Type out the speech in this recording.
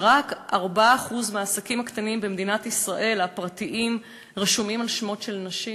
שרק 4% מהעסקים הקטנים הפרטיים במדינת ישראל רשומים על שמות של נשים?